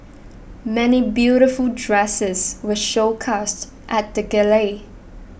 many beautiful dresses were showcased at the gala